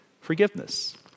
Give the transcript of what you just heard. forgiveness